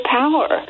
power